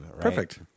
Perfect